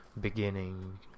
beginning